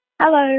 Hello